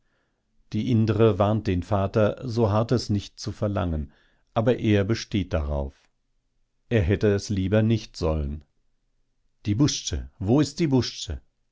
die indre warnt den vater so hartes nicht zu verlangen aber er besteht darauf er hätte es lieber nicht sollen die busze wo ist die busze